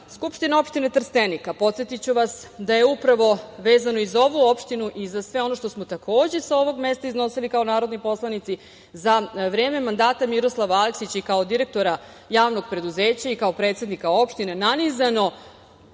Aleksića, SO Trstenik, a podsetiću vas da je upravo vezano i za ovu opštinu i za sve ono što smo, takođe, sa ovog mesta iznosili kao narodni poslanici, za vreme mandata Miroslava Aleksića i kao direktora javnog preduzeća i kao predsednika opštine je nanizano